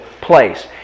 place